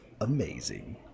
amazing